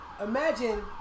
imagine